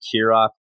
Kirok